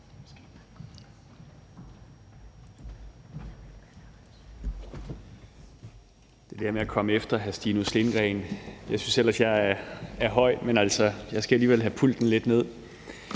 Det er det der med at komme efter hr. Stinus Lindgreen. Jeg synes ellers, jeg er høj, men jeg skal alligevel have pulten lidt ned.